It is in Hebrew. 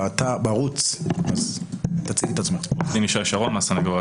למרות שאנחנו מצפים שארגונים יציגים של